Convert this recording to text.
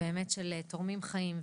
ובאמת של תורמים חיים.